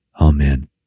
Amen